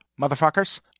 motherfuckers